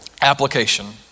Application